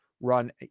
run